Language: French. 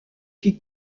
qui